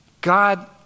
God